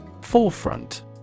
Forefront